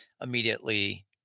immediately